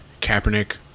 Kaepernick